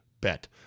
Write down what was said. bet